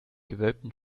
gewölbten